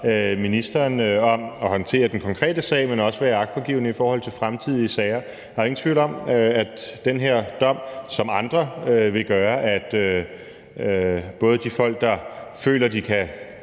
ministeren om både at håndtere den konkrete sag, men også være agtpågivende i forhold til fremtidige sager. Der er ingen tvivl om, at den her dom som andre vil gøre, at både de folk, der føler, at de kan